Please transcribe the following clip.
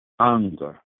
anger